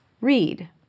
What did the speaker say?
Read